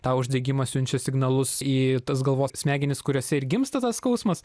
tą uždegimą siunčia signalus į tas galvos smegenis kuriuose ir gimsta tas skausmas